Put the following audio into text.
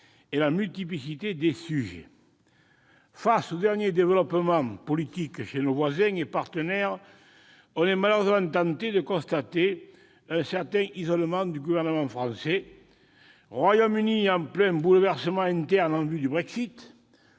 et la multiplicité des sujets. Face aux derniers développements politiques chez nos voisins et partenaires, on est malheureusement tenté de constater un certain isolement du gouvernement français : Royaume-Uni en plein bouleversement interne en vue du Brexit,